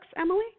Emily